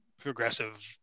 progressive